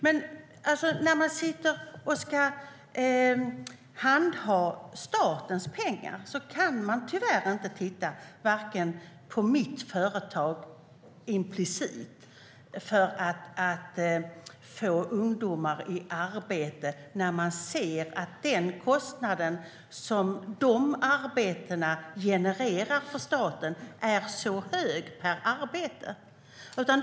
Men när man sitter och ska handha statens pengar för att få ungdomar i arbete kan man tyvärr inte titta bara på de arbeten som skapas i dessa företag, när man ser att kostnaden per arbete är så hög för staten.